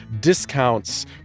discounts